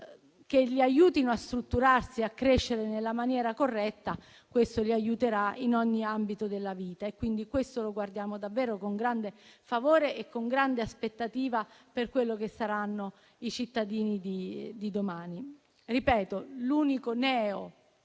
che li aiutino a strutturarsi e a crescere nella maniera corretta, questo li aiuterà in ogni ambito della vita. Questo lo guardiamo davvero con grande favore e con grande aspettativa per quello che saranno i cittadini di domani. Ripeto, l'unico neo